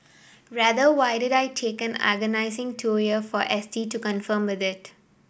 rather why did I take an agonising two year for S T to confirm it